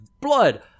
blood